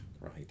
right